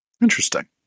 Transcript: Interesting